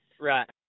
Right